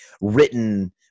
written